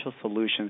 solutions